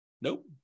Nope